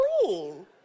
clean